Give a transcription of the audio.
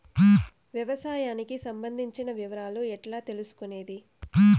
వ్యవసాయానికి సంబంధించిన వివరాలు ఎట్లా తెలుసుకొనేది?